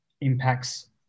impacts